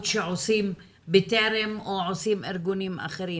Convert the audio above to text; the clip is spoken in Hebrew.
שעושים בטרם או עושים ארגונים אחרים,